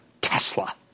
Tesla